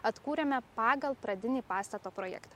atkūrėme pagal pradinį pastato projektą